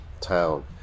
town